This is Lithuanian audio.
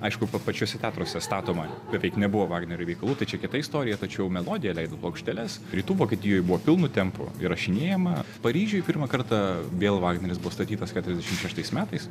aišku pa pačiuose teatruose statoma beveik nebuvo vagnerio veikalų tai čia kita istorija tačiau melodija leido plokšteles rytų vokietijoj buvo pilnu tempu įrašinėjama paryžiuj pirmą kartą vėl vagneris buvo statytas keturiasdešim šeštais metais